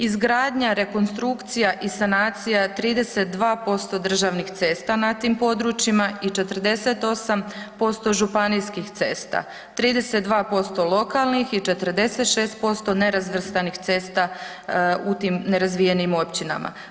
Izgradnja, rekonstrukcija i sanacija 32% državnih cesta na tim područjima i 48% županijskih cesta, 32% lokalnih i 46% nerazvrstanih cesta u tim nerazvijenim općinama.